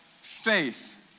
faith